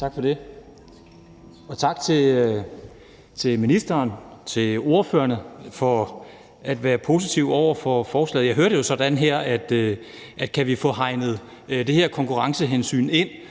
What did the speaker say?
Tak for det, og tak til ministeren og ordførerne for at være positive over for forslaget. Jeg hører det jo sådan her, at kan vi få hegnet det her konkurrencehensyn ind,